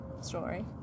story